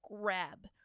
grab